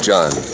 John